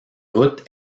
routes